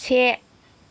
से